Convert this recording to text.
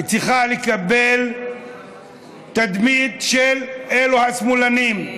צריכה לקבל תדמית של "אלו השמאלנים"?